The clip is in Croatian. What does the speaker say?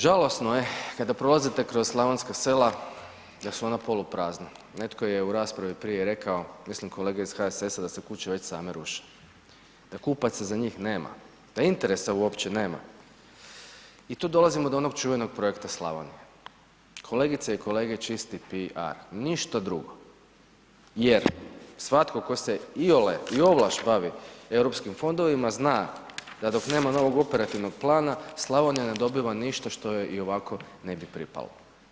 Žalosno je kada prolazite kroz slavonska sela da su ona poluprazna, netko je u raspravi prije rekao, mislim kolega iz HSS-a da se kuće već same ruše, da kupaca za njih nema, da interesa uopće nema, i tu dolazimo do onog čuvenog projekta Slavonija, kolegice i kolege čisti PR, ništa drugo, jer svatko tko se iole i ovlaš bavi Europskim fondovima zna da dok nema novog Operativnog plana Slavonija ne dobiva ništa što joj i ovako ne bi pripalo.